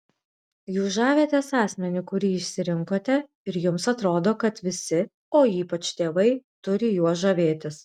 jūs žavitės asmeniu kurį išsirinkote ir jums atrodo kad visi o ypač tėvai turi juo žavėtis